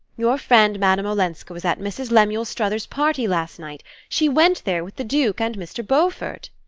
your friend madame olenska was at mrs. lemuel struthers's party last night she went there with the duke and mr. beaufort.